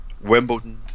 Wimbledon